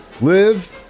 Live